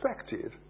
expected